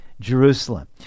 Jerusalem